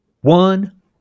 one